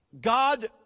God